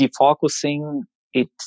defocusing—it